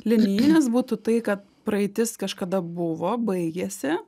linijinis būtų tai kad praeitis kažkada buvo baigėsi